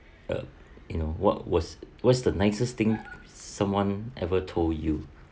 uh you know what was what's the nicest thing someone ever told you